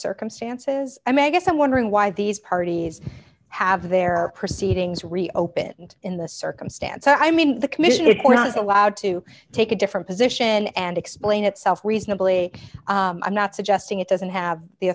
circumstances i mean i guess i'm wondering why these parties have their proceedings reopened in this circumstance i mean the commission were not allowed to take a different position and explain itself reasonably i'm not suggesting it doesn't have the